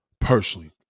Personally